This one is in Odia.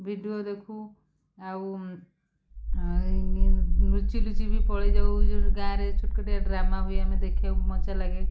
ଭିଡ଼ିଓ ଦେଖୁ ଆଉ ଏ ଲୁଚିଲୁଚି ବି ପଳାଇ ଯାଉ ଏଇ ଯେଉଁ ଗାଁରେ ଛୋଟ କାଟିଆ ଡ୍ରାମା ହୁଏ ଆମେ ଦେଖିବାକୁ ମଜା ଲାଗେ